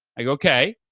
i go, okay.